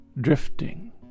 drifting